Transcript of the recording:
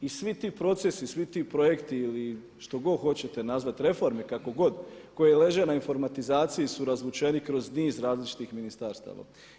I svi ti procesi, svi ti projekti ili što god hoćete nazvati reforme kako god koje leže na informatizaciji su razvučeni kroz niz različitih ministarstava.